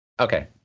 Okay